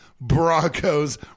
Broncos